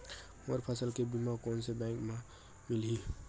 मोर फसल के बीमा कोन से बैंक म मिलही?